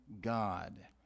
God